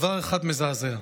דבר אחד מזעזע: